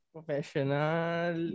Professional